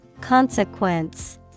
Consequence